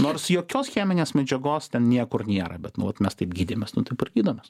nors jokios cheminės medžiagos ten niekur nėra bet nu vat mes taip gydėmės nu taip ir gydomės